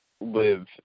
live